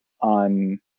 on